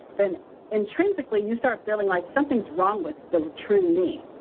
then intrinsically, you start feeling like something is wrong with the true me,